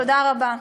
תודה רבה.